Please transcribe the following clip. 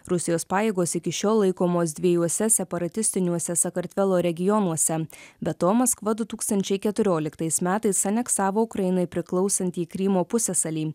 rusijos pajėgos iki šiol laikomos dviejuose separatistiniuose sakartvelo regionuose be to maskva du tūkstančiai keturioliktais metais aneksavo ukrainai priklausantį krymo pusiasalį